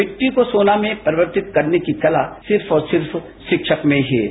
मिट्टी को सोना में परिवर्तित करने की कला सिर्फ और सिर्फ शिक्षक में ही है